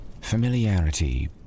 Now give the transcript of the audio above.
Familiarity